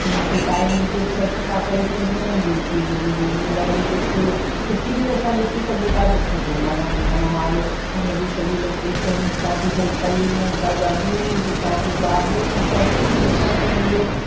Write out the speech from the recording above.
उनखे टाइम मुजिबि सेट था करे सघूं युट्युब में जेॾीमहिल वेही ॾिसु कुझु बि असां ॾिसी सघूं था किथे घुमणु वञिणो आहे उनजी सॼी लोकेशन उतां जी होटलियूं उतां जा व्युज उतां जी गाॾियूं सभु कुझु ॾिसण थो मिले